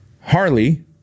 Harley